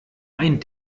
ein